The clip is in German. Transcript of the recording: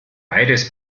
beides